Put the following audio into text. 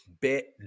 bet